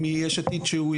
בבקשה.